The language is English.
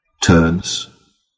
turns